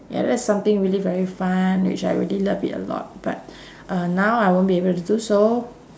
ya that's something really very fun which I really love it a lot but uh now I won't be able to do so